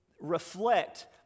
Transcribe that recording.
reflect